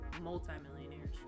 multi-millionaires